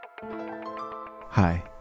Hi